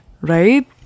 right